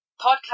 podcast